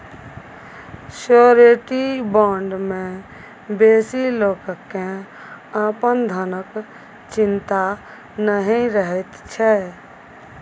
surety bond मे बेसी लोक केँ अपन धनक चिंता नहि रहैत छै